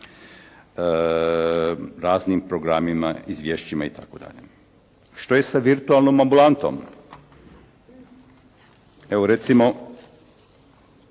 raznim programima, izvješćima itd.. Što je sa virtualnom ambulantom? Evo recimo